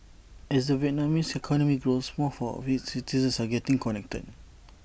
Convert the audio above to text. as the Vietnamese economy grows more of its citizens are getting connected